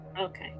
Okay